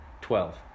Twelve